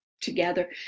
together